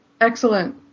Excellent